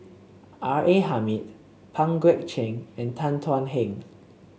R A Hamid Pang Guek Cheng and Tan Thuan Heng